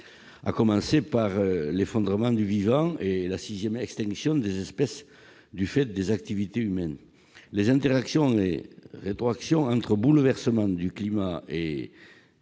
à commencer par l'effondrement du vivant et la sixième extinction des espèces du fait des activités humaines. Les interactions et rétroactions entre bouleversement du climat et